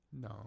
no